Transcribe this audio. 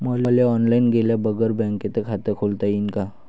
मले ऑनलाईन गेल्या बगर बँकेत खात खोलता येईन का?